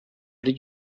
did